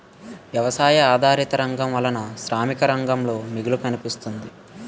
వ్యవసాయ ఆధారిత రంగం వలన శ్రామిక రంగంలో మిగులు కనిపిస్తుంది